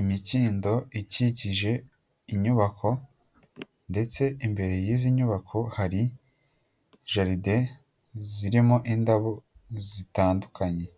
imikindo ikikije inyubako ndetse imbere y'izi nyubako hari jaride zirimo indabo zitandukanye.